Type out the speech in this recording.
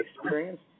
experience